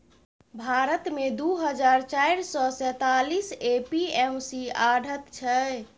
भारत मे दु हजार चारि सय सैंतालीस ए.पी.एम.सी आढ़त छै